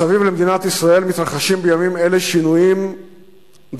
מסביב למדינת ישראל מתרחשים בימים אלה שינויים דרמטיים,